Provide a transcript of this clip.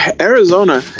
Arizona